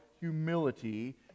humility